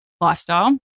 lifestyle